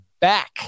back